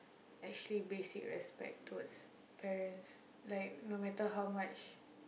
actually basic respect towards parents like no matter how much